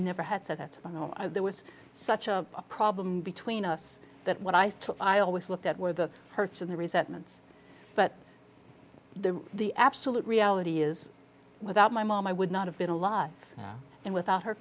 never had said that there was such a problem between us that what i said to i always looked at where the hurts and the resentments but the the absolute reality is without my mom i would not have been alive and without her